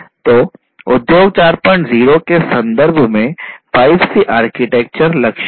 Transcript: तो उद्योग 40 के संदर्भ में 5C आर्किटेक्चर हैं